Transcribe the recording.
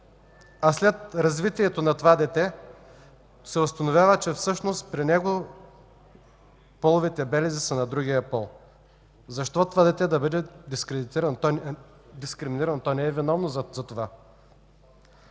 а след развитието на това дете се установява, че всъщност при него половите белези са на другия пол. Защо това дете да бъде дискриминирано? То не е виновно за това.